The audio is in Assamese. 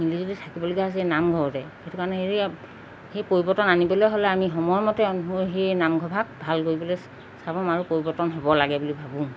মিলি জুলি থাকিবলগীয়া হৈছে নামঘৰতে সেইটো কাৰণে হেৰি সেই পৰিৱৰ্তন আনিবলৈ হ'লে আমি সময়মতে সেই নামঘৰ ভাগ ভাল কৰিবলৈ চাব আৰু পৰিৱৰ্তন হ'ব লাগে বুলি ভাবোঁ